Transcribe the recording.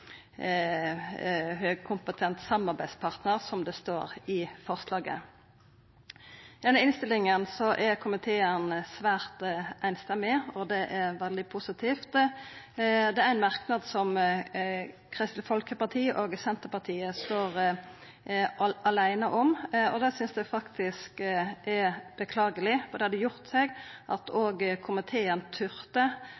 høgkompetent samarbeidspartnar, som det står i forslaget. I denne innstillinga er komiteen svært samrøystes, og det er veldig positivt. Det er éin merknad Kristeleg Folkeparti og Senterpartiet står aleine om, og det synest eg er beklageleg, for det hadde gjort seg at